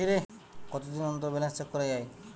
কতদিন অন্তর balance check করা য়ায়?